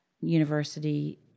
university